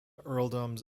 earldoms